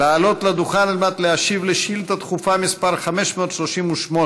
לעלות לדוכן על מנת להשיב על שאילתה דחופה מס' 538,